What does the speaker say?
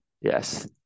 Yes